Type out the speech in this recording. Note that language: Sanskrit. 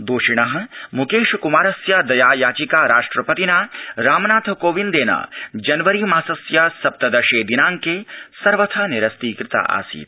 दोषिण मुकेश कुमारस्य दया याचिका राष्ट्रपतिना रामनाथ कोविन्देन जनवरी मासस्य सप्तदशे दिनाङ्के सर्वथा निरस्तीकृतासीत्